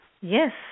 Yes